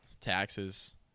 taxes